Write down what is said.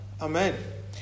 Amen